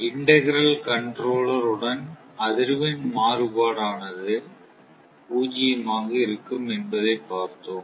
integral controller உடன் அதிர்வெண் மாறுபாடானது ΔFss பூஜ்ஜியமாக இருக்கும் என்பதைப் பார்த்தோம்